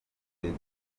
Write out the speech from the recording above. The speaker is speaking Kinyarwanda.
rupfu